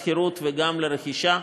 גם בשכירות וגם ברכישה.